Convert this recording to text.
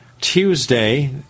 Tuesday